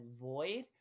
Void